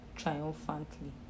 Triumphantly